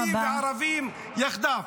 -- יהודים וערבים יחדיו.